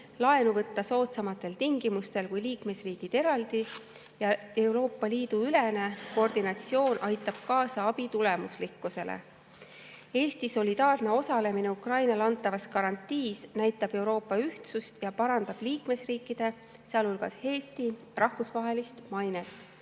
laenu võtta soodsamatel tingimustel, kui saaksid liikmesriigid eraldi, ja Euroopa Liidu ülene koordinatsioon aitab kaasa abi tulemuslikkusele. Eesti solidaarne osalemine Ukrainale antavas garantiis näitab Euroopa ühtsust ja parandab liikmesriikide, sealhulgas Eesti rahvusvahelist mainet.